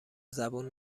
زبون